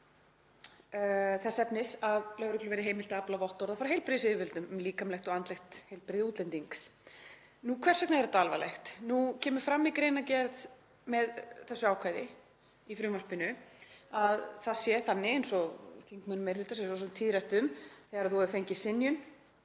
þess efnis að lögreglu verði heimilt að afla vottorða frá heilbrigðisyfirvöldum um líkamlegt og andlegt heilbrigði útlendings. Hvers vegna er þetta alvarlegt? Nú kemur fram í greinargerð með þessu ákvæði í frumvarpinu að það sé þannig, eins og þingmönnum meiri hlutans hefur orðið tíðrætt um, að þegar þú hefur fengið synjun